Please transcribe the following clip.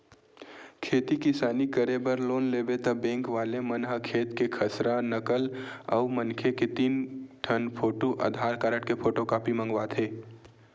खेती किसानी करे बर लोन लेबे त बेंक वाले मन ह खेत के खसरा, नकल अउ मनखे के तीन ठन फोटू, आधार कारड के फोटूकापी मंगवाथे